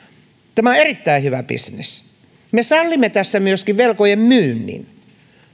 tämä on erittäin hyvä bisnes me sallimme tässä myöskin velkojen myynnin